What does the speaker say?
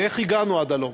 ואיך הגענו עד הלום.